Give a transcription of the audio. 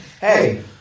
Hey